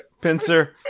pincer